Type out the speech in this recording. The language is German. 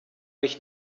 mich